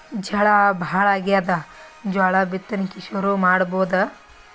ಝಳಾ ಭಾಳಾಗ್ಯಾದ, ಜೋಳ ಬಿತ್ತಣಿಕಿ ಶುರು ಮಾಡಬೋದ?